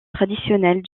traditionnelle